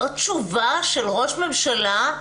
זאת תשובה של ראש ממשלה לשרה?